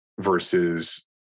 versus